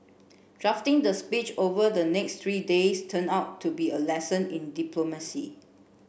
drafting the speech over the next three days turned out to be a lesson in diplomacy